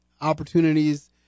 opportunities